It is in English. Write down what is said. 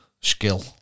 skill